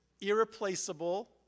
irreplaceable